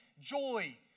joy